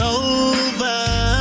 over